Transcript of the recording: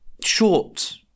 short